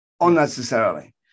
Unnecessarily